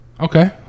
Okay